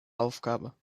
aufgabe